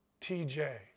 TJ